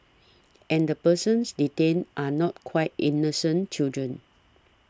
and the persons detained are not quite innocent children